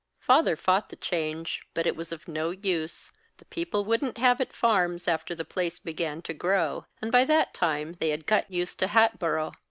father fought the change, but it was of no use the people wouldn't have it farms after the place began to grow and by that time they had got used to hatboro'.